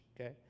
okay